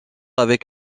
avec